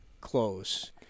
close